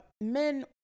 men